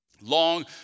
Long